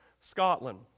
Scotland